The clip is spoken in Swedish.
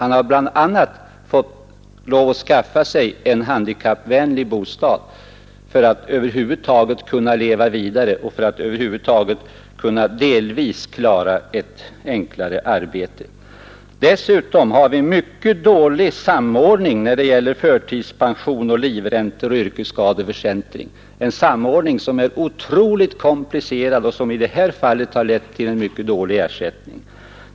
Han har bl.a. fått lov att skaffa sig en handikappvänlig bostad bi ESO av bro. för att över huvud taget kunna leva vidare och delvis kunna klara ett enklare arbete. Dessutom har vi mycket dålig samordning när det gäller förtidspension, livräntor och yrkesskadeförsäkring — en samordning som är otroligt komplicerad och som i det här fallet har lett till mycket dålig ersättning.